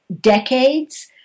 decades